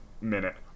minute